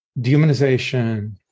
dehumanization